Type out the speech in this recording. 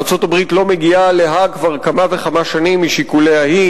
ארצות-הברית לא מגיעה להאג כבר כמה וכמה שנים משיקוליה שלה,